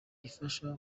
ifasha